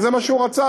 כי זה מה שהוא רצה.